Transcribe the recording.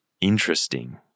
interesting